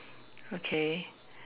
okay